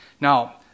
Now